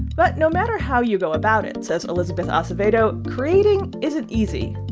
but no matter how you go about it, says elizabeth acevedo, creating isn't easy.